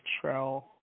trail